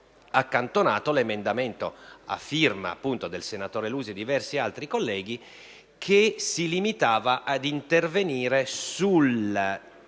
accantonato l'emendamento a firma, appunto, del senatore Lusi e di diversi altri colleghi che si limitava ad intervenire sui termini